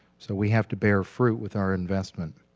so we have to bear fruit with our investment.